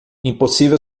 impossível